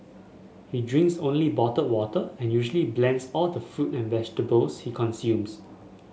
he drinks only bottled water and usually blends all the fruit and vegetables he consumes